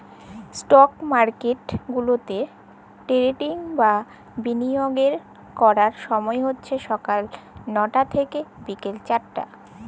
stock market গুলাতে trading বা বিলিয়গের ক্যরার ছময় হছে ছকাল লটা থ্যাইকে বিকাল চারটা